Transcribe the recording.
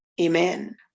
amen